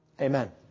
Amen